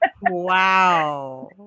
Wow